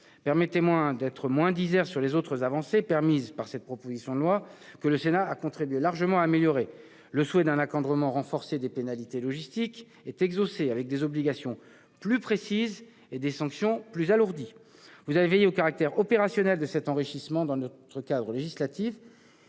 Permettez-moi d'être moins disert sur les autres avancées de cette proposition de loi, que le Sénat a contribué largement à améliorer. Le souhait d'un encadrement renforcé des pénalités logistiques est exaucé, avec des obligations plus précises et des sanctions alourdies. Mesdames, messieurs les sénateurs, vous avez veillé au caractère opérationnel de cet enrichissement de notre cadre législatif.